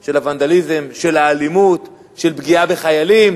של הוונדליזם, של האלימות, של פגיעה בחיילים.